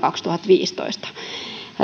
kaksituhattaviisitoista